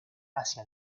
hacia